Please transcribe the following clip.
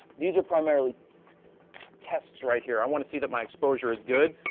these are primarily tests right here. i want to see that my exposure is good.